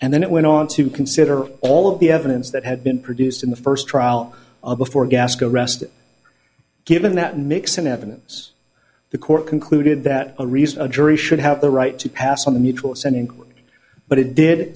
and then it went on to consider all of the evidence that had been produced in the first trial before gas go rest given that nixon avenues the court concluded that a recent jury should have the right to pass on the mutual sending but it did